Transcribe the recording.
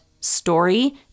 story